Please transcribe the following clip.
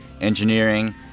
engineering